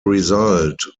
result